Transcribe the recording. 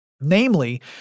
Namely